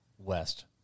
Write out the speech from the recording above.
West